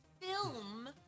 film